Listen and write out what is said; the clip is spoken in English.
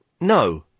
No